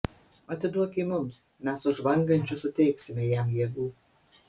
atiduok jį mums mes už žvangančius suteiksime jam jėgų